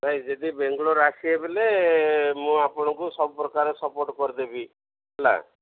ଭାଇ ଯଦି ବାଙ୍ଗାଲୋର ଆସିବେ ବଲେ ମୁଁ ଆପଣଙ୍କୁ ସବୁପ୍ରକାର ସପୋର୍ଟ୍ କରିଦେବି ହେଲା